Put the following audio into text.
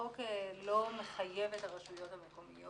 החוק לא מחייב את הרשויות המקומיות.